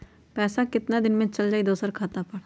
पैसा कितना दिन में चल जाई दुसर खाता पर?